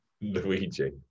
Luigi